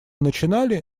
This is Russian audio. начинали